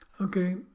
Okay